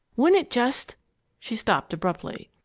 wouldn't it just she stopped abruptly.